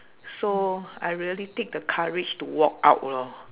so I really take the courage to walk out lor